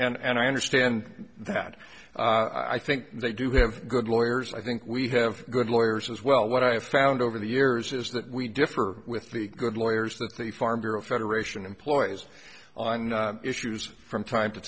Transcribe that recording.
with and i understand that i think they do have good lawyers i think we have good lawyers as well what i have found over the years is that we differ with the good lawyers that the farm bureau federation employs on issues from time to